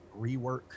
rework